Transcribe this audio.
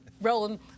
Roland